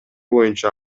боюнча